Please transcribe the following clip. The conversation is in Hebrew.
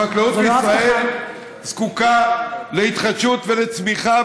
החקלאות בישראל זקוקה להתחדשות ולצמיחה,